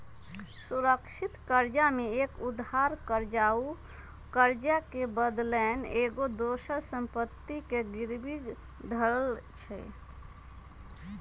सुरक्षित करजा में एक उद्धार कर्ता उ करजा के बदलैन एगो दोसर संपत्ति के गिरवी धरइ छइ